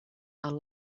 are